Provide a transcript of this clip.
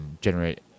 generate